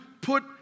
put